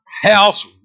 house